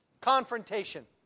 confrontation